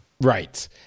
right